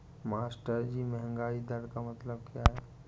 मास्टरजी महंगाई दर का मतलब क्या है?